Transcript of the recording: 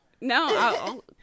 No